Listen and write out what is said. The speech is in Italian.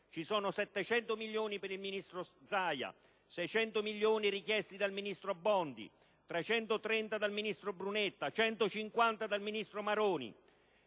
sono 700 milioni per il ministro Zaia; 600 milioni sono stati richiesti dal ministro Bondi, 330 dal ministro Brunetta e 150 dal ministro Maroni,